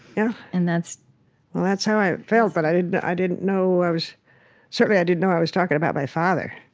yeah and that's and that's how i felt, but i didn't i didn't know i was certainly, i didn't know i was talking about my father.